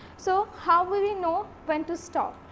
so, how will we know when to stop?